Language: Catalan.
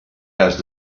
cas